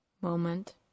moment